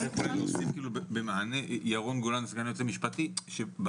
אני סגן היועץ המשפטי לרשות שוק ההון.